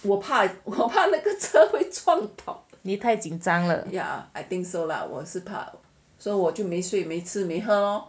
你太紧张了